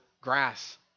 grass